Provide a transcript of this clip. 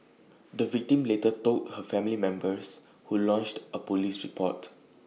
the victim later told her family members who lodged A Police report